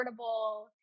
affordable